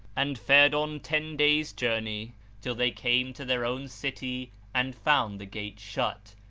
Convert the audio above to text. and fared on ten days' journey till they came to their own city and found the gate shut,